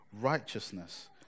righteousness